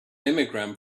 immigrant